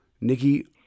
Nikki